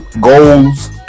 goals